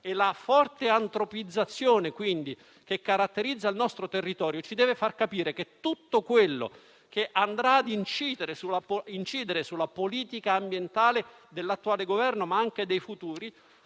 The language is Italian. la forte antropizzazione che caratterizza il nostro territorio ci deve far capire che tutto ciò che inciderà sulla politica ambientale dell'attuale Governo, ma anche dei futuri,